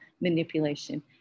manipulation